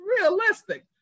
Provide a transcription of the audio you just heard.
realistic